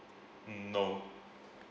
mm no